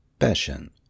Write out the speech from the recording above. passion